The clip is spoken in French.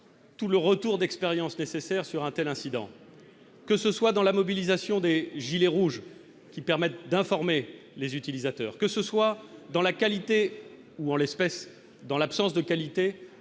tout le retour d'expérience nécessaire sur untel incidents que ce soit dans la mobilisation dès gilets rouges qui permettent d'informer les utilisateurs, que ce soit dans la qualité ou en l'espèce, dans l'absence de qualité